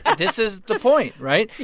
this is the point, right?